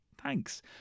Thanks